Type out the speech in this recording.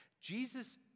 Jesus